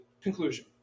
conclusion